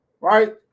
right